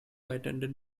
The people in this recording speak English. attended